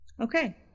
Okay